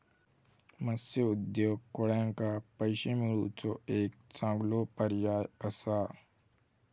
मत्स्य उद्योग कोळ्यांका पैशे मिळवुचो एक चांगलो पर्याय असा